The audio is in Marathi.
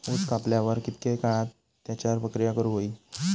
ऊस कापल्यार कितके काळात त्याच्यार प्रक्रिया करू होई?